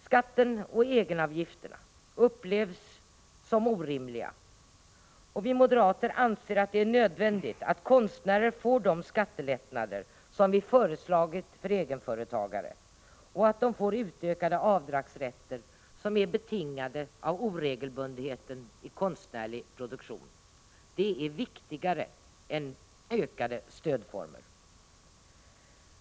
Skatten och egenavgifterna upplevs som orimliga, och vi moderater anser att det är nödvändigt att konstnärer får de skattelättnader som vi föreslagit för egenföretagare och att de får den utökade avdragsrätt som är betingad av oregelbundenheten i konstnärlig produktion. Det är viktigare än ökade stödformer.